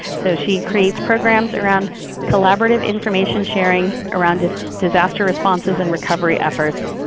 so she creates programs around collaborative information sharing, around disaster responses and recovery efforts,